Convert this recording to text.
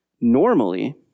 normally